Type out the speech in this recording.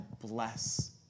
bless